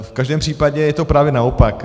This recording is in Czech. V každém případě je to právě naopak.